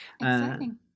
Exciting